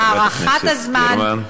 להארכת הזמן, חברת הכנסת גרמן.